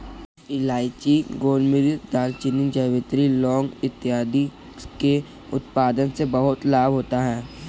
इलायची, गोलमिर्च, दालचीनी, जावित्री, लौंग इत्यादि के उत्पादन से बहुत लाभ होता है